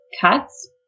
cuts